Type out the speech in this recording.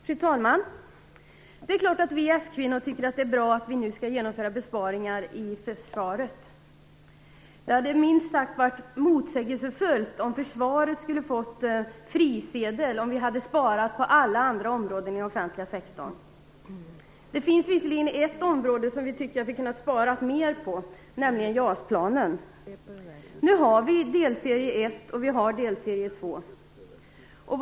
Fru talman! Det är klart att vi s-kvinnor tycker att det är bra att det nu skall genomföras besparingar i försvaret. Det hade minst sagt varit motsägelsefullt om försvaret skulle ha fått frisedel när vi hade sparat på alla andra områden inom den offentliga sektorn. Det finns dock ett område som vi tycker att man skulle ha kunnat spara mer på, nämligen JAS-planen. Delserie 1 och delserie 2 föreligger nu.